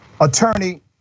Attorney